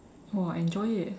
!wah! enjoy eh